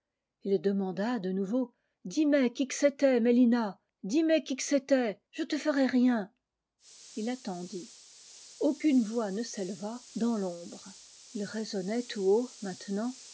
ii demanda de nouveau dis mé qui que c'était mélina dis mé qui que c'était je te ferai rien il attendit aucune voix ne s'éleva dans l'ombre ii raisonnait tout haut maintenant